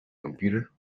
computer